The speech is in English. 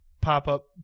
pop-up